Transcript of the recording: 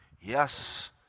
Yes